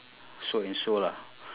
so and so lah